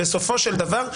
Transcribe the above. בסופו של דבר,